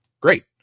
Great